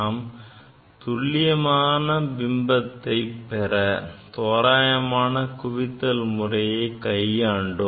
நாம் துள்ளியமான பிம்பத்தை பெற தோராயமான குவித்தல் முறையை கையாண்டோம்